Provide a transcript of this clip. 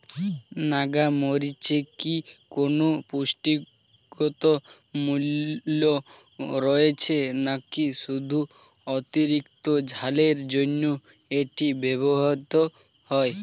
নাগা মরিচে কি কোনো পুষ্টিগত মূল্য রয়েছে নাকি শুধু অতিরিক্ত ঝালের জন্য এটি ব্যবহৃত হয়?